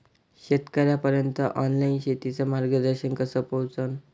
शेतकर्याइपर्यंत ऑनलाईन शेतीचं मार्गदर्शन कस पोहोचन?